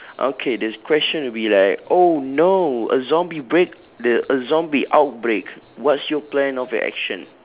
okay this question will be like oh no a zombie break the a zombie outbreak what's your plan of the action